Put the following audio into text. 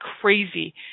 crazy